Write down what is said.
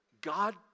God